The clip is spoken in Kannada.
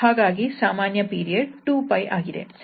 ಹಾಗಾಗಿ ಸಾಮಾನ್ಯ ಪೀರಿಯಡ್ 2𝜋 ಆಗಿದೆ